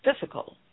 physical